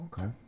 Okay